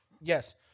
Yes